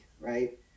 right